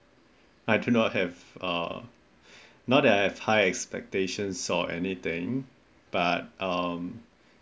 I do not have uh not that I have high expectations or anything but um